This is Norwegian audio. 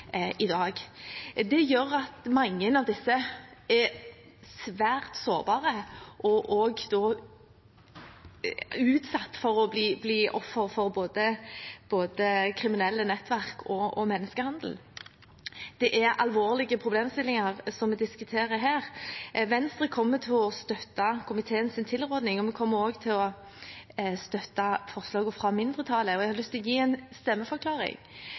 Det gjør at mange av disse er svært sårbare og utsatt for å bli ofre for både kriminelle nettverk og menneskehandel. Det er alvorlige problemstillinger vi diskuterer her. Venstre kommer til å støtte komiteens tilråding. Vi kommer også til å støtte forslagene fra mindretallet, og jeg har lyst å gi en stemmeforklaring.